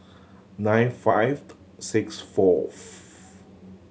nine five six fourth